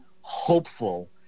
hopeful